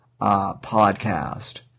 podcast